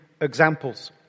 examples